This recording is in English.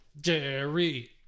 Jerry